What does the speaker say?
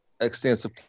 extensive